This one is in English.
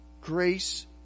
Grace